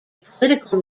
political